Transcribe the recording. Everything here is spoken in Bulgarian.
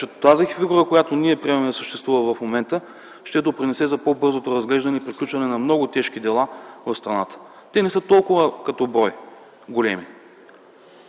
че тази фигура, която ние приемаме да съществува в момента, ще допринесе за по-бързото разглеждане и приключване на много тежки дела в страната. Те не са толкова като брой.